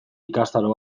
ikastaro